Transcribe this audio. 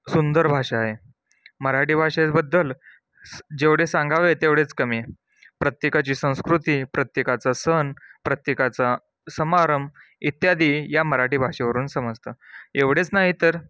सुंदर भाषा आहे मराठी भाषेबद्दल स जेवढे सांगावे तेवढेच कमी आहे प्रत्येकाची संस्कृती प्रत्येकाचा सण प्रत्येकाचा समारंभ इत्यादी या मराठी भाषेवरून समजतं एवढेच नाही तर